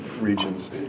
regions